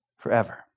forever